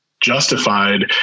justified